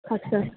আচ্ছা